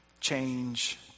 change